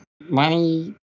money